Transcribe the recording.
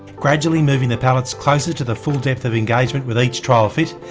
gradually moving the pallets closer to the full depth of engagement with each trial fit,